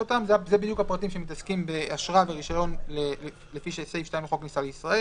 הפרטים שמתעסקים באשרה ורישיון לפי סעיף 2 לחוק הכניסה לישראל